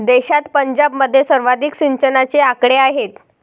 देशात पंजाबमध्ये सर्वाधिक सिंचनाचे आकडे आहेत